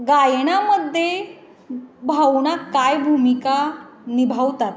गायनामध्ये भावना काय भूमिका निभावतात